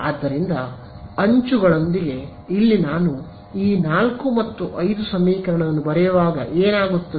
ಆದ್ದರಿಂದ ಅಂಚುಗಳೊಂದಿಗೆ ಇಲ್ಲಿ ನಾನು ಈ 4 ಮತ್ತು 5 ಸಮೀಕರಣವನ್ನು ಬರೆಯುವಾಗ ಏನಾಗುತ್ತದೆ